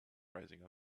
rising